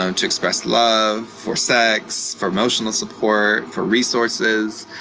ah and to express love, for sex, for emotional support, for resources,